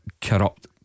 Corrupt